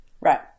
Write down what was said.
Right